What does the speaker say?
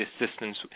assistance